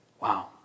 Wow